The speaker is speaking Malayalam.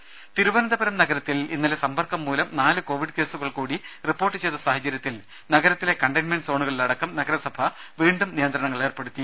രേര തിരുവനന്തപുരം നഗരത്തിൽ ഇന്നലെ സമ്പർക്കംമൂലം നാല് കോവിഡ് കേസുകൾ കൂടി റിപ്പോർട്ട് ചെയ്ത സാഹചര്യത്തിൽ നഗരത്തിലെ കണ്ടെയിൻമെന്റ് സോണുകളിലടക്കം നഗരസഭ വീണ്ടും നിയന്ത്രണങ്ങൾ ഏർപ്പെടുത്തി